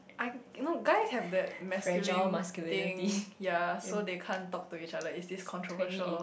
I no guys have that masculine thing ya so they can't talk to each other is this controversial